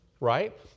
Right